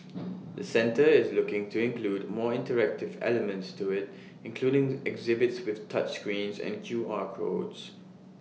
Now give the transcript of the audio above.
the centre is looking to include more interactive elements to IT including exhibits with touch screens and Q R codes